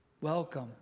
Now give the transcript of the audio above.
Welcome